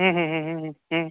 हूँ हूँ हूँ हूँ